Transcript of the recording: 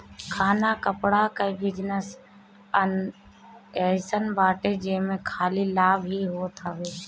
खाना कपड़ा कअ बिजनेस अइसन बाटे जेमे खाली लाभ ही होत बाटे